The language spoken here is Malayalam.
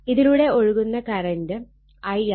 ഇതിലൂടെ ഒഴുകുന്ന കറണ്ട് I ആണ്